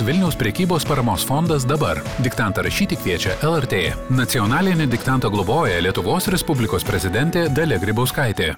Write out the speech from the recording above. vilniaus prekybos paramos fondas dabar diktantą rašyti kviečia el er tė nacionalinį diktantą globoja lietuvos respublikos prezidentė dalia grybauskaitė